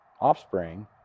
offspring